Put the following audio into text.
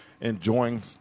enjoying